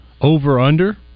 over-under